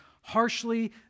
harshly